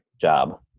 job